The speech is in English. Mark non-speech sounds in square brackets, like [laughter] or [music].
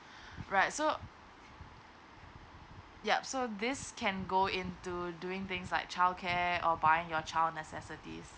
[breath] right so yup so this can go into doing things like childcare or buying your child necessities